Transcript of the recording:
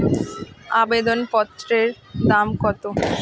আবেদন পত্রের দাম কত?